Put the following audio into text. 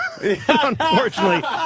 Unfortunately